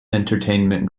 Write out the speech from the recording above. entertainment